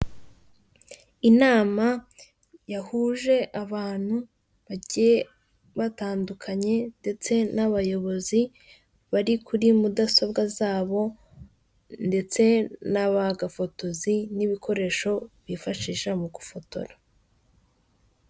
Inama yahuje abantu bagiye batandukanye ndetse n'abayobozi bari kuri mudasobwa zabo ndetse n'aba gafotozi n'ibikoresho bifashisha mu gufotora.